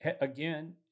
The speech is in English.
again